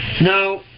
Now